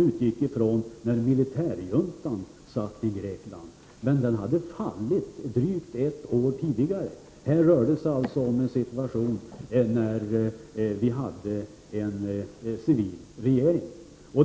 utgick från den tidpunkt då militärjuntan hade makten i Grekland. Men den hade fallit drygt ett år tidigare. Här rör det sig alltså om en situation då vi hade en civil regering.